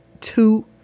two